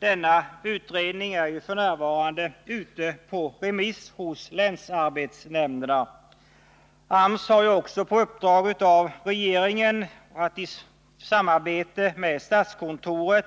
Denna utredning är f. n. ute på remiss hos länsarbetsnämnderna. AMS har också i uppdrag av regeringen att i samarbete med statskontoret